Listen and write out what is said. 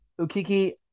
Ukiki